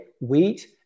wheat